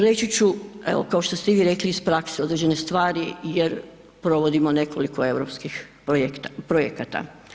Reći ću, evo kao što ste i vi rekli iz prakse određene stvari jer provodimo nekoliko europskih projekata.